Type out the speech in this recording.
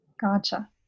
gotcha